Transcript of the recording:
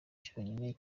cyonyine